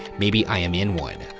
maybe i am in one.